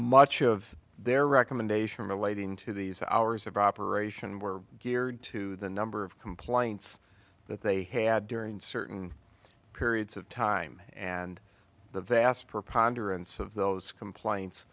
much of their recommendation relating to these hours of operation were geared to the number of complaints that they had during certain periods of time and the vast preponderance of those complaints